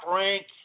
rank